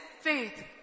faith